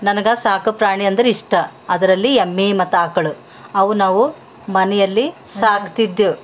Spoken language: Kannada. ನನಗೆ ಸಾಕು ಪ್ರಾಣಿ ಅಂದ್ರೆ ಇಷ್ಟ ಅದರಲ್ಲಿ ಎಮ್ಮೆ ಮತ್ತು ಆಕಳು ಅವು ನಾವು ಮನೆಯಲ್ಲಿ ಸಾಕ್ತಿದ್ದೇವೆ